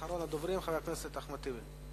אחרון הדוברים, חבר הכנסת אחמד טיבי.